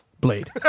Blade